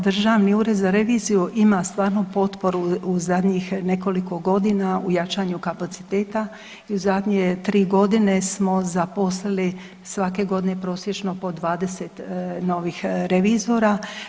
Evo Državni ured za reviziju ima stvarno potporu u zadnjih nekoliko godina u jačanju kapaciteta i u zadnje tri godine smo zaposlili svake godine prosječno po 20 novih revizora.